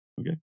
Okay